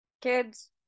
Kids